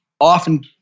often